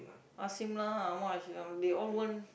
ask him lah how much they all they all won't